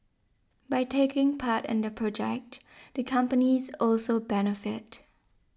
by taking part in the project the companies also benefit